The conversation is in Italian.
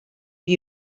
più